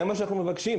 זה מה שאנחנו מבקשים.